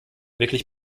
wirklich